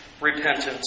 repentance